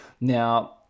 Now